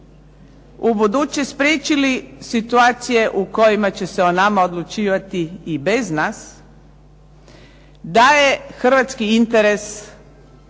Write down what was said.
ubuduće spriječili situacije u kojima će se o nama odlučivati i bez nas, da je hrvatski interes da